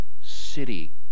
city